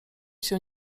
się